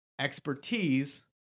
expertise